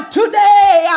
today